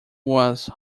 was